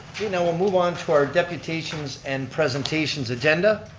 you know we'll move on to our deputations and presentations agenda.